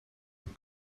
een